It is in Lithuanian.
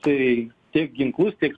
tai tiek ginklus tiek